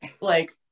like-